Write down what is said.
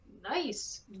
Nice